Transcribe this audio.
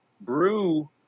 Brew